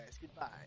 Goodbye